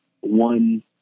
one